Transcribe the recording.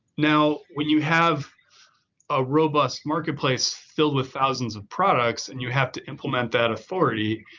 now, when you have a robust marketplace filled with thousands of products and you have to implement that authority,